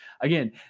Again